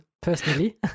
personally